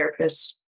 therapists